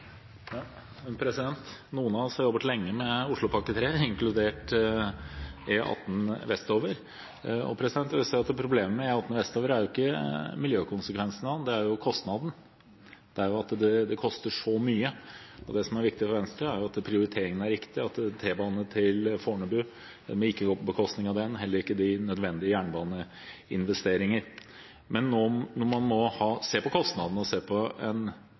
Noen av oss har jobbet lenge med Oslopakke 3, inkludert E18 vestover. Jeg vil si at problemet vestover er ikke miljøkonsekvensene. Det er kostnadene – det at det koster så mye. Det som er viktig for Venstre, er at prioriteringene er riktige. Det må ikke gå på bekostning av T-bane til Fornebu og heller ikke de nødvendige jernbaneinvesteringene, men man må se på kostnadene og på mulige endringer for å få dem ned. Det er viktig at miljøtiltakene, dvs. det som handler om sykkelveier, kollektivfelt, ikke er det det kuttes ned på.